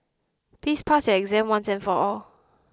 please pass your exam once and for all